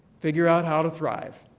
figure out how to thrive.